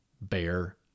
Bear